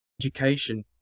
education